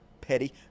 petty